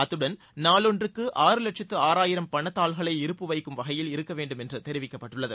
அத்துடன் நாள் ஒன்றுக்கு ஆறு வட்சத்து ஆறாயிரம் பணத்தாள்களை இருப்பு வைக்கும் வகையில் இருக்க வேண்டும் என்று தெரிவிக்கப்பட்டுள்ளது